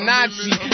Nazi